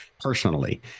personally